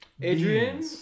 Adrian